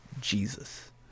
Jesus